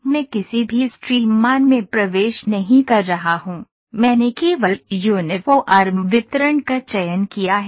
मैं किसी भी स्ट्रीम मान में प्रवेश नहीं कर रहा हूं मैंने केवल यूनिफ़ॉर्म वितरण का चयन किया है